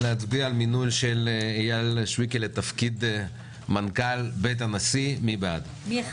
נצביע על מינוי של אייל שויקי לתפקיד מנכ"ל בית הנשיא מ-1